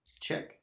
check